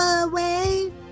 away